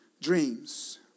dreams